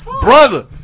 Brother